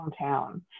hometown